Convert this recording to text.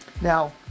Now